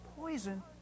Poison